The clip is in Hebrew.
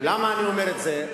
למה אני אומר את זה?